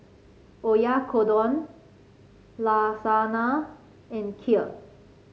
Oyakodon Lasagna and Kheer